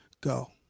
Go